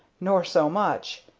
nor so much,